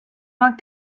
vingt